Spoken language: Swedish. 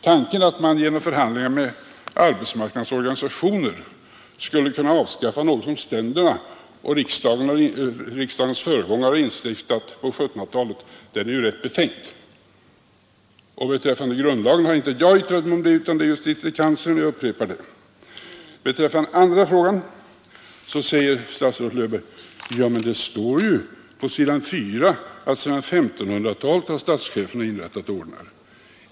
Tanken att man genom förhandlingar med arbetsmarknadens organisationer skulle kunna avskaffa något som riksdagens föregångare instiftade på 1700-talet är ju rätt befängd. Om grundlagen har inte jag yttrat mig utan justitiekanslern jag upprepar det. Beträffande den andra frågan säger statsrådet Löfberg att det står på s. 4 i propositionen.